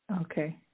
Okay